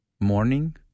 morning